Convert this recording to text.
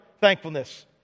thankfulness